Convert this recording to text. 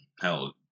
Hell